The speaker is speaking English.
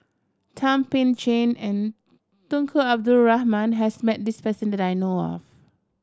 Thum Ping Tjin and Tunku Abdul Rahman has met this person that I know of